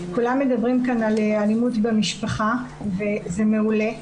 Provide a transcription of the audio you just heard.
כולם מדברים כאן על אלימות במשפחה וזה מעולה,